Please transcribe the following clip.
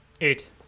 Eight